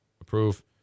Approve